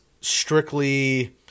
strictly